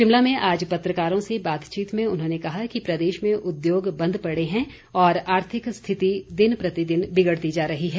शिमला में आज पत्रकारों से बातचीत में उन्होंने कहा कि प्रदेश में उद्योग बंद पड़े हैं और आर्थिक स्थिति दिन प्रतिदिन बिगड़ती जा रही है